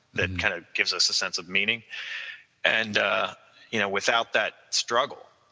that kind of gives us a sense of meaning and you know without that struggle